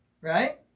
right